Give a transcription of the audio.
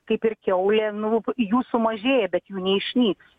kaip ir kiaulė nu jų sumažėja bet jų neišnyks